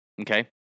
okay